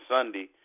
Sunday